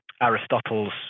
Aristotle's